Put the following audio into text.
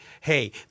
hey